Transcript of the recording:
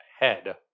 ahead